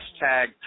hashtag